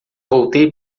voltei